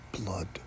blood